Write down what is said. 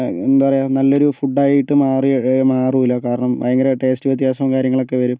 എന്താ പറയുക നല്ലൊരു ഫുഡ്ഡായിട്ട് മാറി മാറില്ല കാരണം ഭയങ്കര ടേസ്റ്റ് വ്യത്യാസവും കാര്യങ്ങളൊക്കെ വരും